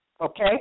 Okay